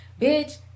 bitch